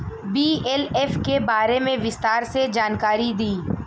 BLF के बारे में विस्तार से जानकारी दी?